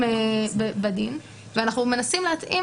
ענישתיים בדין ואנחנו מנסים להתאים